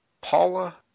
Paula